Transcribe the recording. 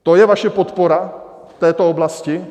To je vaše podpora v této oblasti?